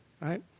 Right